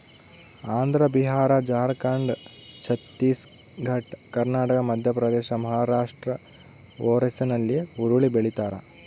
ಆಂಧ್ರ ಬಿಹಾರ ಜಾರ್ಖಂಡ್ ಛತ್ತೀಸ್ ಘಡ್ ಕರ್ನಾಟಕ ಮಧ್ಯಪ್ರದೇಶ ಮಹಾರಾಷ್ಟ್ ಒರಿಸ್ಸಾಲ್ಲಿ ಹುರುಳಿ ಬೆಳಿತಾರ